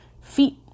feet